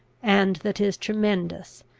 and that is tremendous,